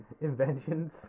inventions